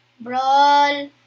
Brawl